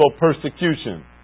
persecution